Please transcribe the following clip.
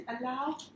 allow